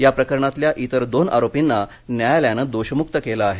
या प्रकरणातल्या इतर दोन आरोपींना न्यायालयानं दोष मुक्त केलं आहे